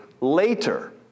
later